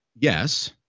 yes